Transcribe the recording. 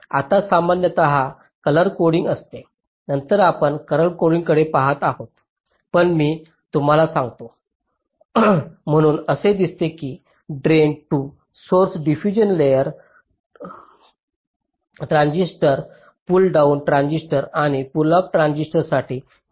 आता सामान्यत colour coding असते नंतर आपण कलर कोडिंगकडे पहात आहोत पण मी तुम्हाला सांगते म्हणून असे दिसते की drain to source diffusion layer transistor pull down transistor आणि पुल अप ट्रान्झिस्टर साठी